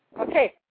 Okay